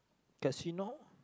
casino